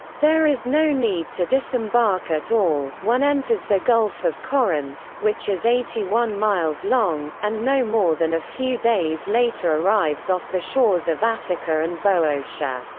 there is no need to disembark at all one enters the gulf of corinth, which is eighty one miles long, and no more than a few days later arrives off the shores of attica and boeotia.